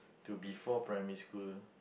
to before primary school